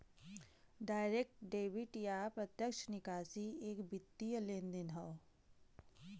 direct debit या प्रत्यक्ष निकासी एक वित्तीय लेनदेन हौ